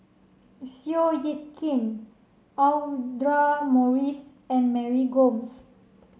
Seow Yit Kin Audra Morrice and Mary Gomes